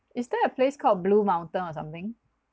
is there a place called blue mountain or something